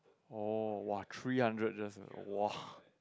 oh !wah! three hundred just !wah!